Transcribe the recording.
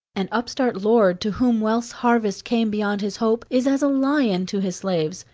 an upstart lord, to whom wealth's harvest came beyond his hope, is as a lion to his slaves,